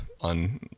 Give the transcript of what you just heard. on